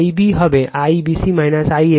Ib হবে IBC - IAB